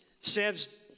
says